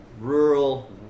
rural